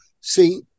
see